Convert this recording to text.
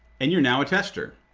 and you're now a tester.